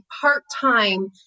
part-time